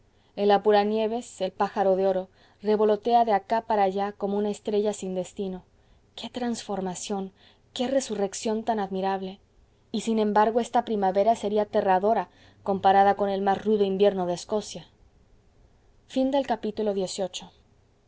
tórtola el apura nieves el pájaro de oro revolotea de acá para allá como una estrella sin destino qué transformación qué resurrección tan admirable y sin embargo esta primavera sería aterradora comparada con el más rudo invierno de escocia